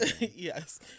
Yes